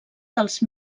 dels